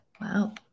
Wow